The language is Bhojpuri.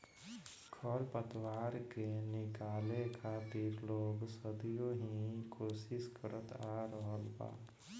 खर पतवार के निकाले खातिर लोग सदियों ही कोशिस करत आ रहल बा